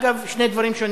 אגב, זה שני דברים שונים.